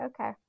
okay